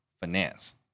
finance